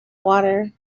water